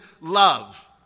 love